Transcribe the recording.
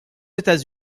états